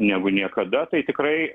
negu niekada tai tikrai